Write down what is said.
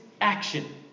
action